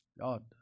God